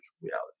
reality